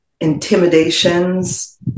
intimidations